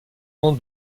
nom